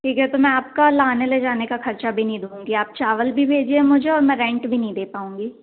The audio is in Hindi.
ठीक है तो मैं आपका लाने ले जाने का भी ख़र्च भी नही दूँगी आप चावल भी भेजिए मुझे और मैं रेंट भी नहीं दे पाऊँगी